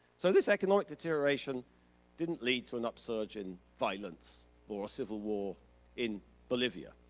so this economic deterioration didn't lead to an upsurge in violence or a civil war in bolivia,